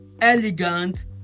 elegant